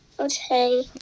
Okay